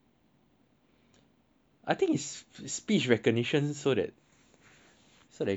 I think it's it's speech recognition so that so that they can do something [right]